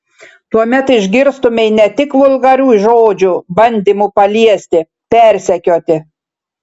tuomet išgirstumei ne tik vulgarių žodžių bandymų paliesti persekioti